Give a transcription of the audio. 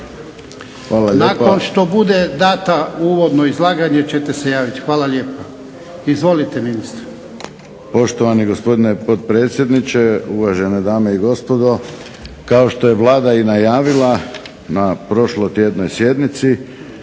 Nakon što bude dano uvodno izlaganje ćete se javiti. Hvala lijepa. Izvolite ministre. **Mlakar, Davorin** Poštovani gospodine potpredsjedniče, uvažene dame i gospodo. Kao što je Vlada i najavila na prošlotjednoj sjednici